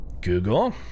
Google